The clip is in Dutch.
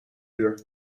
uur